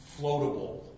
floatable